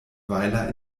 weiler